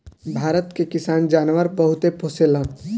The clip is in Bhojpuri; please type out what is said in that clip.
भारत के किसान जानवर बहुते पोसेलन